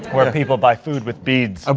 where people buy food with beads. um